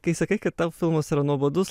kai sakai kad tau filmas yra nuobodus